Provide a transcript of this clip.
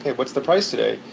what's the price today?